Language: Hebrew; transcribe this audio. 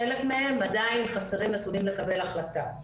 חלק מהם עדיין חסרים נתונים לקבל החלטה.